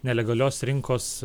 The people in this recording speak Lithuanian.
nelegalios rinkos